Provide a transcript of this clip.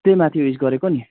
त्यही माथि उयो गरेको नि